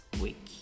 week